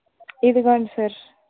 ఇదిగోండి సార్